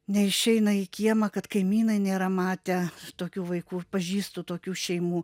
neišeina į kiemą kad kaimynai nėra matę tokių vaikų pažįstu tokių šeimų